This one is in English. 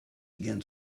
again